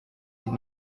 did